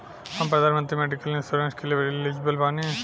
हम प्रधानमंत्री medical insurance के लिए एलिजिबल बानी?